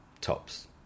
tops